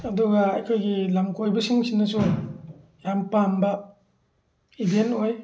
ꯑꯗꯨꯒ ꯑꯩꯈꯣꯏꯒꯤ ꯂꯝ ꯀꯣꯏꯕꯁꯤꯡꯁꯤꯅꯁꯨ ꯌꯥꯝ ꯄꯥꯝꯕ ꯏꯕꯦꯟ ꯑꯣꯏ